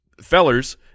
fellers